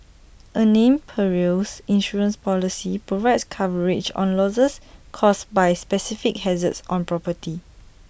A named Perils Insurance Policy provides coverage on losses caused by specific hazards on property